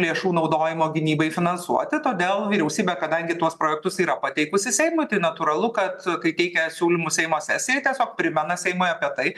lėšų naudojimo gynybai finansuoti todėl vyriausybė kadangi tuos projektus yra pateikusi seimui tai natūralu kad kai teikia siūlymus seimo sesijoj tiesiog primena seimui apie tai